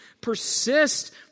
Persist